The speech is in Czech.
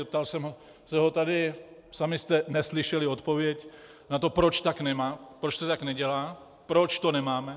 Ptal jsem se ho tady, sami jste neslyšeli odpověď na to, proč tak nemá, proč to tak nedělá, proč to nemáme.